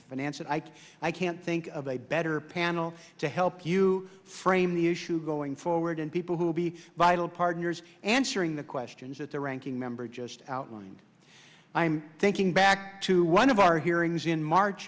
finance it ike i can't think of a better panel to help you frame the issue going forward and people who will be vital partners answering the questions that the ranking member just outlined i'm thinking back to one of our hearings in march